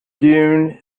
dune